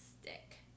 stick